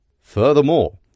Furthermore